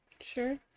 sure